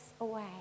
away